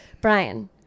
Brian